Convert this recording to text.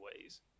ways